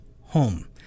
Home